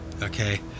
okay